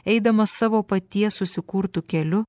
eidamas savo paties susikurtu keliu